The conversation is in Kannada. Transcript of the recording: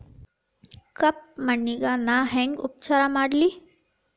ಕಪ್ಪ ಮಣ್ಣಿಗ ನಾ ಹೆಂಗ್ ಉಪಚಾರ ಕೊಡ್ಲಿ?